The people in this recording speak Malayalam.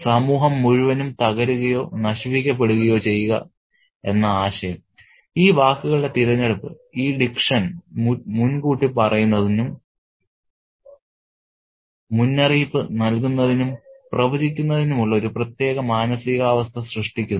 സമൂഹം മുഴുവനും തകരുകയോ നശിപ്പിക്കപ്പെടുകയോ ചെയ്യുക എന്ന ആശയം ഈ വാക്കുകളുടെ തിരഞ്ഞെടുപ്പ് ഈ ഡിക്ഷൻ മുൻകൂട്ടിപ്പറയുന്നതിനും മുന്നറിയിപ്പ് നൽകുന്നതിനും പ്രവചിക്കുന്നതിനുമുള്ള ഒരു പ്രത്യേക മാനസികാവസ്ഥ സൃഷ്ടിക്കുന്നു